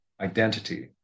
identity